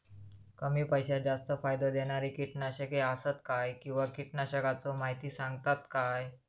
कमी पैशात जास्त फायदो दिणारी किटकनाशके आसत काय किंवा कीटकनाशकाचो माहिती सांगतात काय?